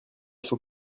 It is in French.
faut